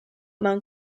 mewn